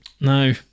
No